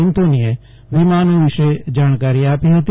એન્થોનીએ વિમાનો વિશે જાણકારી આપી હતી